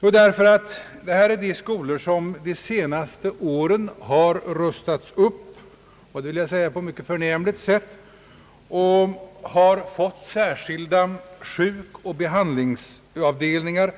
Jo, därför att detta är skolor som under de senaste åren har rustats upp — på ett mycket förnämligt sätt — och som har fått särskilda sjukoch behandlingsavdelningar